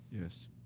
Yes